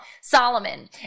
Solomon